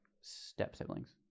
step-siblings